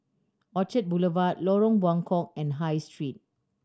Orchard Boulevard Lorong Buangkok and High Street